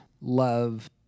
Love